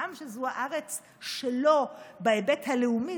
העם שזו הארץ שלו בהיבט הלאומי,